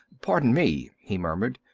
pardon me, he murmured.